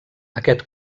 aquest